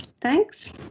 thanks